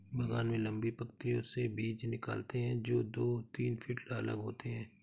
बागान में लंबी पंक्तियों से बीज निकालते है, जो दो तीन फीट अलग होते हैं